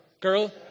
Girl